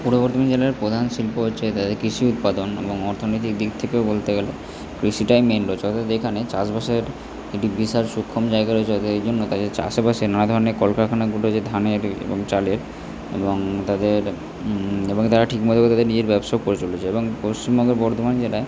পূর্ব বর্ধমান জেলার প্রধান শিল্প হচ্ছে তাদের কৃষি উৎপাদন এবং অর্থনৈতিক দিক থেকেও বলতে গেলে কৃষিটাই মেন রয়েছে অর্থাৎ এখানে চাষবাসের একটি বিশাল সুক্ষম জায়গা রয়েছে এই জন্য আসে পাসের নানা ধরণের কলকারখানাগুলো যে ধানের এবং চালের এবং তাদের এবং তারা ঠিক মতো তাদের নিজের ব্যবসাও করে চলেছে এবং পশ্চিমবঙ্গের বর্ধমান জেলায়